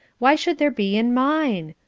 why should there be in mine?